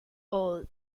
old